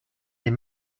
les